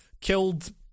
killed